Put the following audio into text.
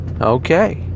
Okay